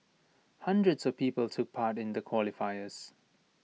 hundreds of people took part in the qualifiers